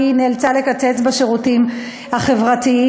היא נאלצה לקצץ בשירותים החברתיים,